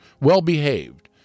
well-behaved